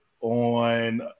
On